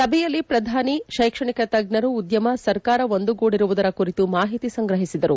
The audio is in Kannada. ಸಭೆಯಲ್ಲಿ ಪ್ರಧಾನಿ ಶೈಕ್ಷಣಿಕ ತಜ್ಞರು ಉದ್ಯಮ ಸರ್ಕಾರ ಒಂದುಗೂಡಿರುವುದರ ಕುರಿತು ಮಾಹಿತಿ ಸಂಗ್ರಹಿಸಿದರು